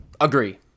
Agree